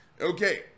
Okay